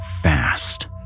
fast